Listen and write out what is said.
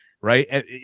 Right